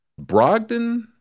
Brogdon